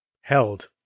Held